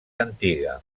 antiga